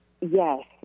Yes